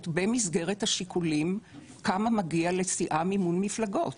במסגרת השיקולים כמה מגיע לסיעה מימון מפלגות.